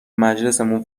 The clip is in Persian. مجلسمون